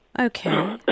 Okay